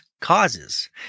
causes